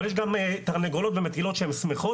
אבל יש גם תרנגולות ומטילות שהן שמחות,